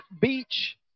beach